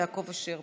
יעקב אשר,